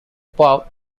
power